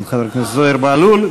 חבר הכנסת זוהיר בהלול,